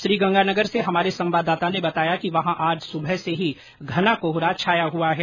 श्रीगंगानगर से हमारे संवाददाता ने बताया कि वहां आज सुबह से ही घना कोहरा छाया हुआ है